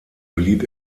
blieb